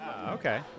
Okay